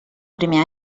primer